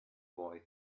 boy